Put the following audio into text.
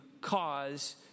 cause